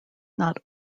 not